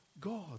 God